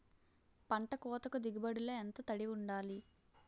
పంట కోతకు దిగుబడి లో ఎంత తడి వుండాలి?